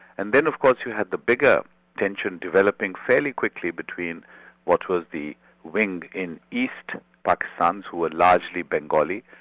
and then of course you had the bigger tension developing fairly quickly between what was the wing in east pakistan who were largely bengali,